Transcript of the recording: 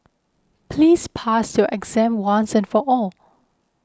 please pass your exam once and for all